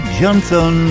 Johnson